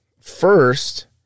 First